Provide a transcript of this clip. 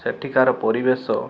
ସେଠିକାର ପରିବେଶ